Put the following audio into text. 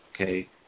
okay